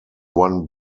one